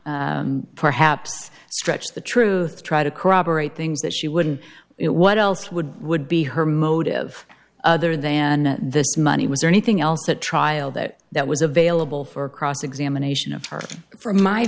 perhaps stretch the truth try to corroborate things that she wouldn't it what else would would be her motive other than this money was there anything else at trial that that was available for cross examination of her from my